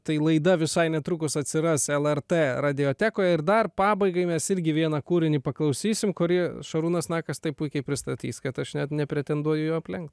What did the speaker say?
tai laida visai netrukus atsiras lrt radiotekoj ir dar pabaigai mes irgi vieną kūrinį paklausysim kurį šarūnas nakas taip puikiai pristatys kad aš net nepretenduoju jo aplenkt